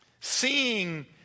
seeing